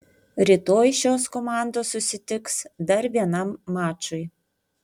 rytoj šios komandos susitiks dar vienam mačui